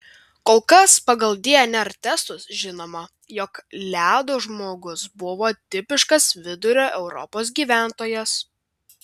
kol kas pagal dnr testus žinoma jog ledo žmogus buvo tipiškas vidurio europos gyventojas